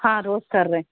ہاں روز کر رہے ہیں